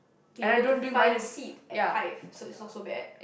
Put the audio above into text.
be able to find a seat at hive so it's not so bad